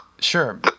sure